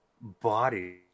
body